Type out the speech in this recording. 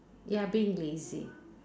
ya being lazy